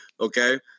Okay